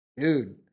dude